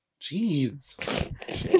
jeez